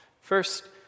First